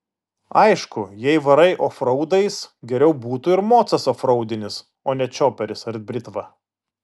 aišku jei varai ofraudais geriau būtų ir mocas ofraudinis o ne čioperis ar britva